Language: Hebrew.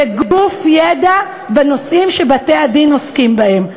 וגוף ידע בנושאים שבתי-הדין עוסקים בהם.